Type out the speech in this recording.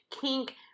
Kink